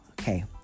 Okay